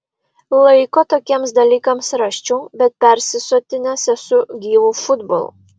laiko tokiems dalykams rasčiau bet persisotinęs esu gyvu futbolu